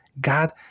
God